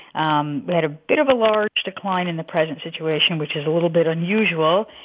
um but had a bit of a large decline in the present situation, which is a little bit unusual.